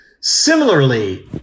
Similarly